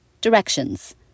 Directions